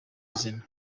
izina